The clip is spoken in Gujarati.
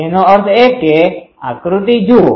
તેનો અર્થ એ કે આકૃતિ જુઓ